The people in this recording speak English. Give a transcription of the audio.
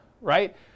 right